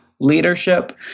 leadership